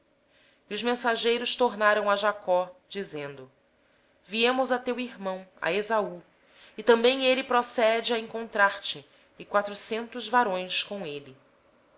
depois os mensageiros voltaram a jacó dizendo fomos ter com teu irmão esaú e em verdade vem ele para encontrar-te e quatrocentos homens com ele